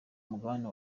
umugabane